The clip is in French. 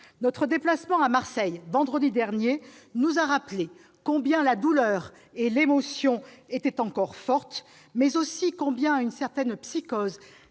Notre déplacement à Marseille, vendredi dernier, nous a montré combien la douleur et l'émotion étaient encore fortes, et qu'une certaine psychose